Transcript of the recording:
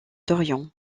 d’orion